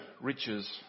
riches